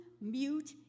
mute